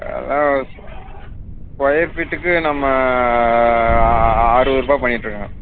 அதலாம் ஸ்கொயர் ஃபீட்டுக்கு நம்ம அ அறுபது ரூபாய் பண்ணிட்டு இருக்கோம்ங்க